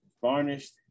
varnished